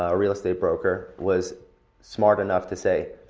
ah real-estate broker, was smart enough to say,